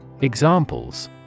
Examples